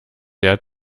der